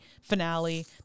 finale